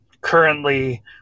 Currently